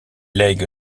lègue